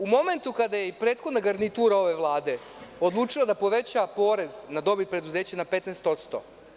U momentu kada je i prethodna garnitura ove Vlade odlučila da poveća porez na dobit preduzeća na 15%